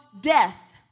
death